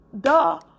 duh